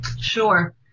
Sure